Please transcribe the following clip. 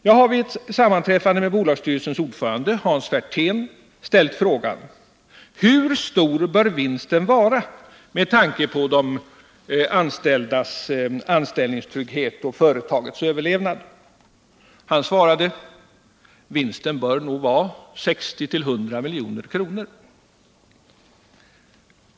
Jag har vid ett sammanträffande med bolagsstyrelsens ordförande Hans Werthén ställt frågan: Hur stor bör vinsten vara med tanke på de anställdas anställningstrygghet och företagets överlevnad? Han svarade: Vinsten bör nog vara 60-100 milj.kr.